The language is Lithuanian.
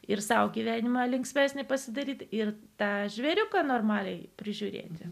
ir sau gyvenimą linksmesnį pasidaryti ir tą žvėriuką normaliai prižiūrėti